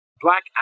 Black